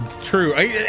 true